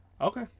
Okay